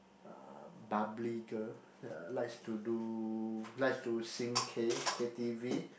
uh bubbly girl ya likes to do likes to sing K K_t_v